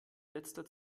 letzter